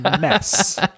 Mess